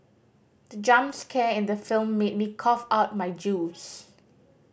the jump scare in the film made me cough out my juice